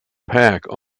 pack